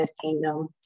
Kingdom